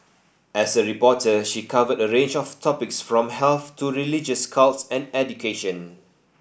as a reporter she covered a range of topics from health to religious cults and education